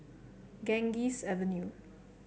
Ganges Avenue